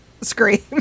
Scream